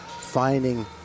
finding